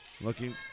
Looking